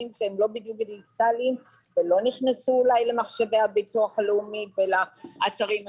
לא דיגיטאליים ולא נכנסו למחשבי הביטוח הלאומי ולאתרים השונים.